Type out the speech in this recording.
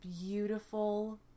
beautiful